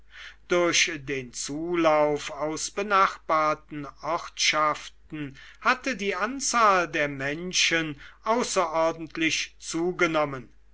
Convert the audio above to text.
durch den zulauf aus benachbarten ortschaften hatte die anzahl der menschen außerordentlich zugenommen